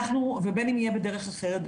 ובין אם יהיה בדרך אחרת,